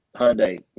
Hyundai